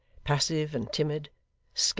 passive and timid,